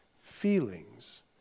feelings